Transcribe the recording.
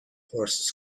horses